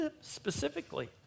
specifically